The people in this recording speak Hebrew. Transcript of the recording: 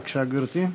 בבקשה, גברתי.